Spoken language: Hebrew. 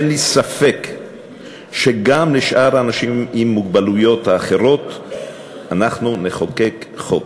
אין לי ספק שגם לאנשים עם המוגבלויות האחרות אנחנו נחוקק חוק.